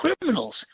criminals